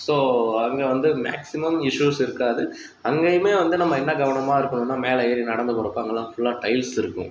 so அங்கே வந்து maximum issues இருக்காது அங்கையுமே வந்து நம்ம என்ன கவனமாக இருக்குணும்னா மேலே ஏறி நடந்து போறப்பெல்லாம் ஃபுல்லாக டைல்ஸ் இருக்கும்